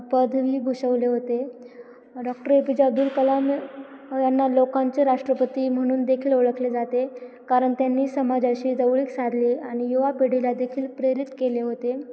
पद विभूषवले होते doctor A P J Abdul Kalam यांना लोकांचे राष्ट्रपती म्हणून देखील ओळखले जाते कारण त्यांनी समाजाशी जवळीक साधली आणि युवा पिढीला देखील प्रेरित केले होते